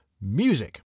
music